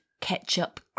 ketchup